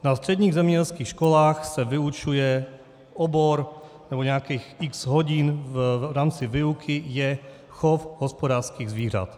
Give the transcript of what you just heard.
Na středních zemědělských školách se vyučuje obor, nebo nějakých x hodin v rámci výuky je chov hospodářských zvířat.